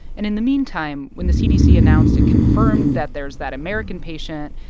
and in the meantime, when the cdc announced it confirmed that there's that american patient,